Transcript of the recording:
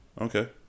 Okay